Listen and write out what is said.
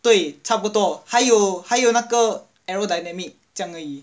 对差不多还有还有那个 aerodynamic 将而已